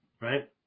right